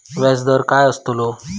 व्याज दर काय आस्तलो?